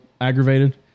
aggravated